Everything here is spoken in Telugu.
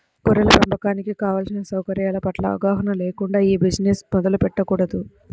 గొర్రెల పెంపకానికి కావలసిన సౌకర్యాల పట్ల అవగాహన లేకుండా ఈ బిజినెస్ మొదలు పెట్టకూడదు